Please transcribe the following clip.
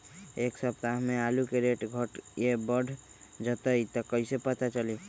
एक सप्ताह मे आलू के रेट घट ये बढ़ जतई त कईसे पता चली?